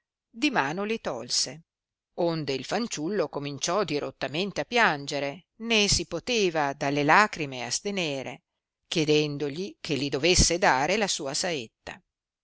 di mano li tolse onde il fanciullo cominciò dirottamente a piangere né si poteva dalle lagrime astenere chiedendogli che li dovesse dare la sua saetta